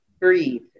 breathe